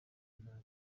nta